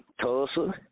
Tulsa